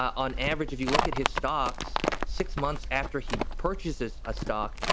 on average, if you look at his stocks six months after he purchases a stock,